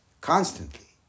constantly